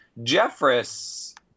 Jeffress